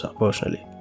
personally